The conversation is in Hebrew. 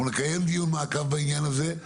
אנחנו נקיים דיון מעקב בעניין הזה,